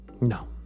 No